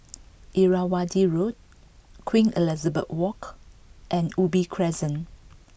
Irrawaddy Road Queen Elizabeth Walk and Ubi Crescent